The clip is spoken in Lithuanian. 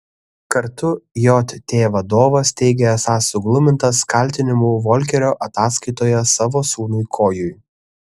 kartu jt vadovas teigė esąs suglumintas kaltinimų volkerio ataskaitoje savo sūnui kojui